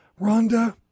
Rhonda